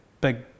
big